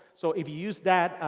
so if you use that,